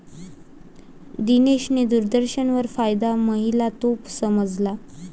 दिनेशने दूरदर्शनवर फायदा पाहिला, तो समजला